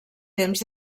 temps